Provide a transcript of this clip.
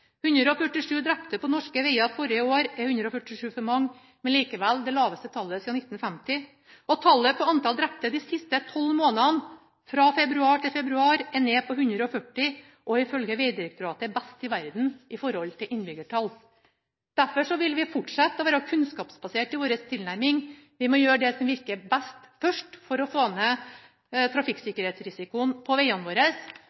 147 drepte på norske veger forrige år er 147 for mange, men likevel det laveste tallet siden 1950. Tallet på antallet drepte de siste tolv månedene – fra februar til februar – er nede på 140, og er ifølge Vegdirektoratet best i verden i forhold til innbyggertall. Derfor vil vi fortsette å være kunnskapsbaserte i vår tilnærming, vi må gjøre det som virker best først for å få ned trafikksikkerhetsrisikoen på vegene våre,